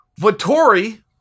Vittori